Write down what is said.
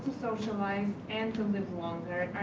socialize and to live longer.